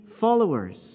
followers